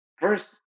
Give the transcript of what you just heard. first